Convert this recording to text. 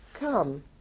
come